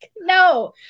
no